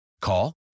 Call